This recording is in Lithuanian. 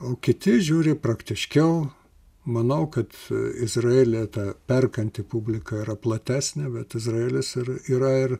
o kiti žiūri praktiškiau manau kad izraelyje ta perkanti publika yra platesnė bet izraelis ir yra ir